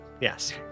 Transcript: Yes